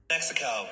Mexico